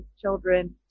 children